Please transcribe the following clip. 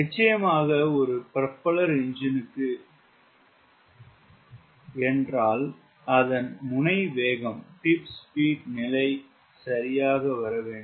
நிச்சயமாக ஒரு ப்ரொபல்லர் என்ஜினுக்கு என்றால் அங்கு முனை வேகம் நிலை சரியாக வரவேண்டும்